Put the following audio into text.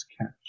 catch